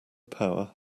power